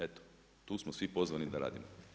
Eto tu smo svi pozvani da radimo.